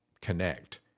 connect